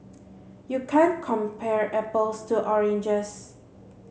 you can't compare apples to oranges